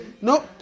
No